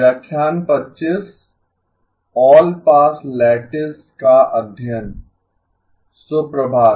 शुभ प्रभात